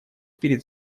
перед